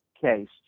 case